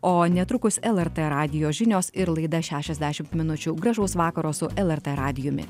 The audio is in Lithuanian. o netrukus lrt radijo žinios ir laida šešiasdešimt minučių gražaus vakaro su lrt radijumi